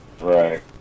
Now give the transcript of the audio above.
right